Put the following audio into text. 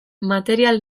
material